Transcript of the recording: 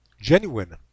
genuine